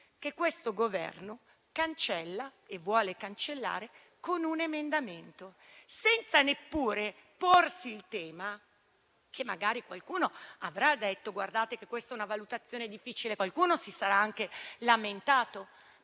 che questo Governo cancella e vuole cancellare con un emendamento, senza neppure porsi il tema che magari qualcuno avrà detto che questa è una valutazione difficile e che qualcuno si sarà anche lamentato.